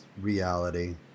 reality